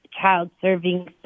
child-serving